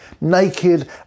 naked